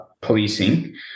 policing